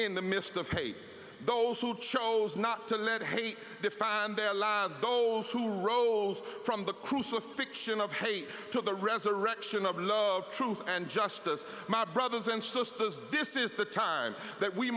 in the midst of hate those who chose not to let hate define their lives those who rose from the crucifixion of hate to the resurrection of love of truth and justice my brothers and sisters this is the time that we